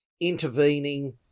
intervening